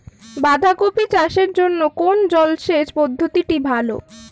বাঁধাকপি চাষের জন্য কোন জলসেচ পদ্ধতিটি ভালো?